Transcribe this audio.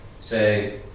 say